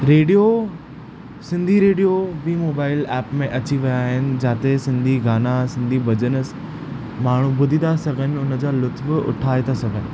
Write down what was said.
radio Sindhi radio बि mobile app में अची विया आहिनि जिते सिंधी गाना सिंधी भॼन माण्हू बु॒धी था सघनि उन जा लुत्फ़ उठाए था सघनि